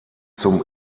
zum